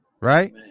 Right